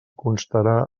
constarà